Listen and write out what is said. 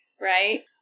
right